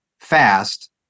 fast